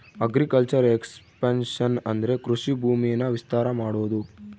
agriculture expansion ಅಂದ್ರೆ ಕೃಷಿ ಭೂಮಿನ ವಿಸ್ತಾರ ಮಾಡೋದು